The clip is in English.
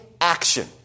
action